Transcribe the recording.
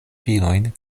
filojn